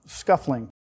scuffling